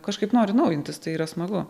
kažkaip nori naujintis tai yra smagu